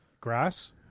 Grass